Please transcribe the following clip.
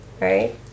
Right